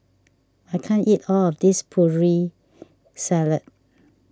I can't eat all of this Putri Salad